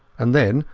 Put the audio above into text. and then,